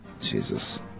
Jesus